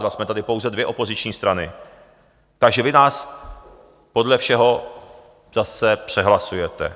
Jsme tady pouze dvě opoziční strany, takže vy nás podle všeho zase přehlasujete.